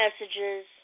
messages